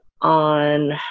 on